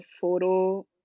photo